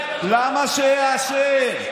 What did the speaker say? למה שיאשר?